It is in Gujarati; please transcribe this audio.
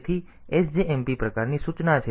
તેથી SJMP પ્રકારની સૂચના છે